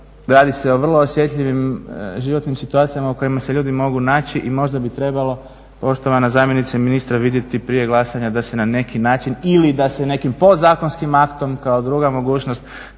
Radi se o vrlo osjetljivim životnim situacijama u kojima se ljudi mogu naći i možda bi trebalo poštovana zamjenice ministra vidjeti prije glasanja da se na neki način ili da se nekim podzakonskim aktom kao druga mogućnost